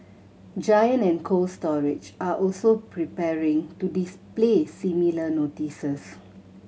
Giant and Cold Storage are also preparing to display similar notices